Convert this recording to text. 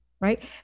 right